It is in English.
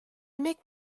make